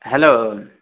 hello